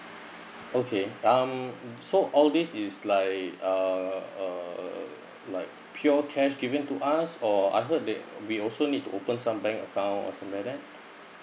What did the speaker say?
okay um so all this is like ah uh like pure cash given to us or I heard that we also need to open some bank account or some like that